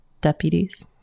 deputies